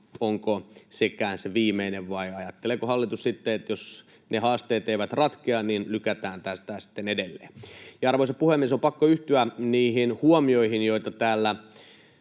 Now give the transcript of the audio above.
onko sekään se viimeinen, vai ajatteleeko hallitus sitten, että jos ne haasteet eivät ratkea, niin lykätään tätä edelleen. Arvoisa puhemies! On pakko yhtyä niihin huomioihin, joita täällä